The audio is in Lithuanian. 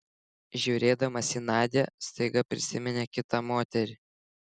žiūrėdamas į nadią staiga prisiminė kitą moterį